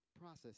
process